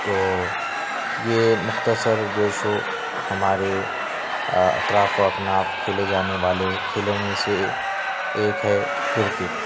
تو یہ مختصر جو سو ہمارے اطراف و اکناف کھیلے جانے والے کھیلوں میں سے ایک ہے کرکٹ